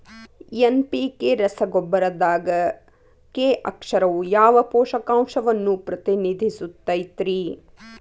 NPK ರಸಗೊಬ್ಬರದಾಗ K ಅಕ್ಷರವು ಯಾವ ಪೋಷಕಾಂಶವನ್ನ ಪ್ರತಿನಿಧಿಸುತೈತ್ರಿ?